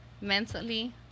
mentally